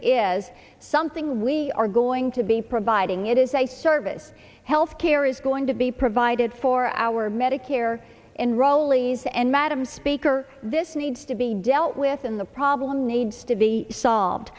is something we are going to be providing it is a service health care is going to be provided for our medicare enrollees and madam speaker this needs to be dealt with and the problem needs to be solved